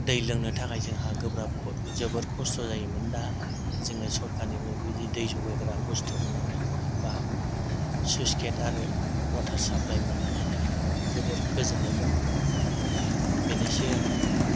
दै लोंनो थाखाय जोंहा गोब्राब जोबोर खस्त' जायोमोन दा जोङो सरकारनिफ्राय बेबादि दै जगायग्रा बुस्तु मोननानै बा सुइस गेट आरो वाटार साप्लाय मोननानै जोंहा जोबोद गोजोननाय दं बेनोसै आरो